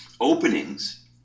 openings